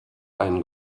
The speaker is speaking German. ein